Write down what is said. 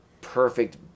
perfect